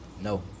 No